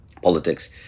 politics